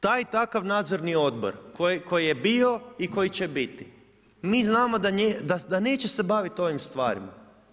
Taj takav nadzorni odbor koji je bio i koji će biti, mi znamo da neće se baviti ovim stvarima.